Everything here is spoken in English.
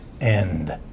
end